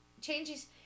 changes